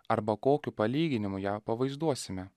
arba kokiu palyginimu ją pavaizduosime